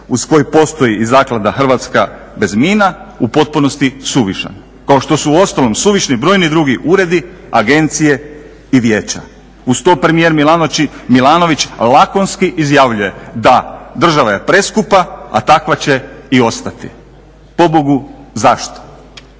uz koji postoji i Zaklada Hrvatska bez mina u potpunosti suvišan kao što su uostalom suvišni brojni drugi uredi, agencije i vijeća. Uz to premijer Milanović lakonski izjavljuje da država je preskupa, a takva će i ostati. Pobogu zašto?